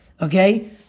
okay